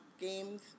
games